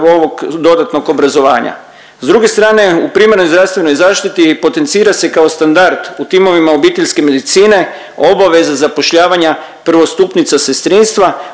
ovog dodatnog obrazovanja. S druge strane u primarnoj zdravstvenoj zaštiti potencira se kao standard u timovima obiteljske medicine obaveza zapošljavanja prvostupnica sestrinstva